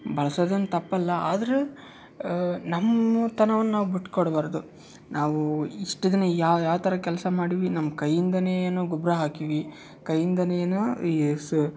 ಬಳ್ಸದಂತು ತಪ್ಪಲ್ಲ ಆದ್ರೆ ನಮ್ಮ ತನವನ್ನ ನಾವು ಬಿಟ್ಕೊಡ್ಬಾರದು ನಾವು ಇಷ್ಟು ದಿನ ಯಾವ ಯಾವ ಥರ ಕೆಲಸ ಮಾಡೀವಿ ನಮ್ಮ ಕೈಯಿಂದಲೇ ಏನು ಗೊಬ್ಬರ ಹಾಕೀವಿ ಕೈಯಿಂದಲೇ ಏನು ಈ ಸೂ